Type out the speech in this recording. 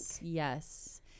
Yes